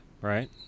right